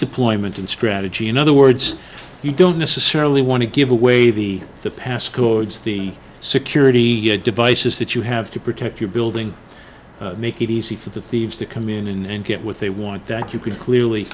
deployment and strategy in other words you don't necessarily want to give away the the pass codes the security devices that you have to protect your building make it easy for the thieves to come in and get what they want that you can clearly